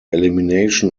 elimination